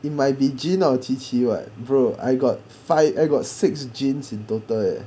it might be jean or qiqi [what] bro I got five I got six jeans in total